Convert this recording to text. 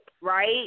right